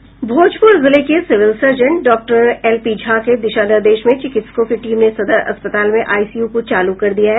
भोजपुर जिले के civil surgeon doctor LP Jha के दिशा निर्देश में चिकित्सकों की टीम ने सदर अस्पताल में आईसीयू को चालू कर दिया है